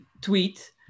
tweet